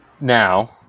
now